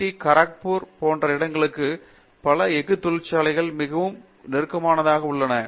D Kharagpur போன்ற இடங்களில் பல எஃகு தொழிற்சாலைகள் மிகவும் நெருக்கமாக உள்ளன